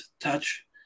touch